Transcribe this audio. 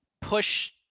push